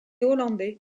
hollandais